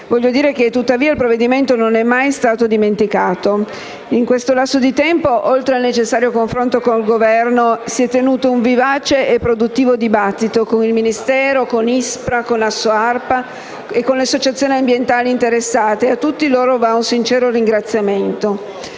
Voglio dire che, tuttavia, il provvedimento non è mai stato dimenticato. In questo lasso di tempo, oltre al necessario confronto con il Governo, si è tenuto un vivace e produttivo dibattito con il Ministero, con ISPRA, con AssoArpa e con le associazioni ambientali interessate. A tutti loro va un sincero ringraziamento,